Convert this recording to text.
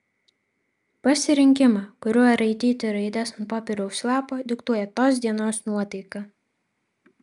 pasirinkimą kuriuo raityti raides ant popieriaus lapo diktuoja tos dienos nuotaika